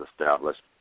established